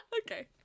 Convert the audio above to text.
Okay